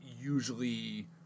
usually